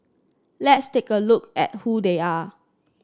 let's take a look at who they are